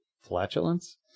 flatulence